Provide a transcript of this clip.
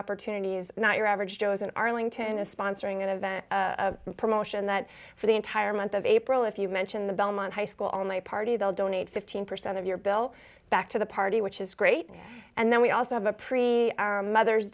opportunities not your average joe's in arlington is sponsoring an event a promotion that for the entire month of april if you mention the belmont high school only party they'll donate fifteen percent of your bill back to the party which is great and then we also have we are mother's